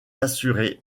assuré